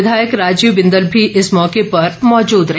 विधायक राजीव बिंदल भी इस मौके पर मौजूद रहे